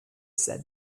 said